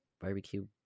barbecue